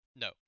No